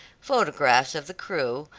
photographs of the crew,